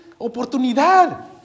oportunidad